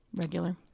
regular